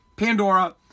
Pandora